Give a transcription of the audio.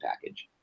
package